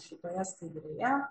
šitoje skaidrėje